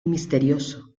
misterioso